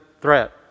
threat